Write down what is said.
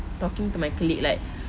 talking to my colleague like